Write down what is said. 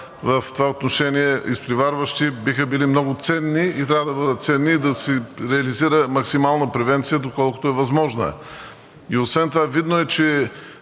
в това отношение, изпреварващи биха били много ценни и трябва да бъдат ценни и да се реализира максимална превенция, доколкото е възможна. И освен това видно е, че